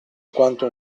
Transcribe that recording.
quanto